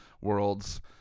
worlds